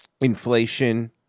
Inflation